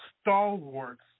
stalwarts